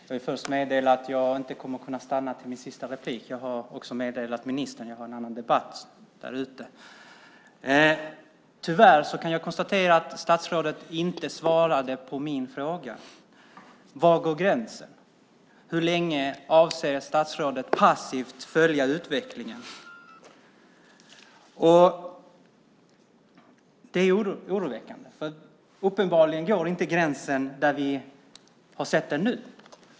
Herr talman! Jag vill börja med att meddela att jag inte kommer att kunna stanna här till mitt sista inlägg, vilket jag tidigare meddelat ministern. Jag har nämligen en annan debatt ute. Tyvärr kan jag konstatera att statsrådet inte svarat på det jag frågat om. Var går gränsen, och hur länge avser statsrådet att passivt följa utvecklingen? Det här är oroväckande. Uppenbarligen går inte gränsen där vi nu sett den.